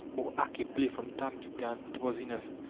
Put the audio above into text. or act a play from time to time, it was enough.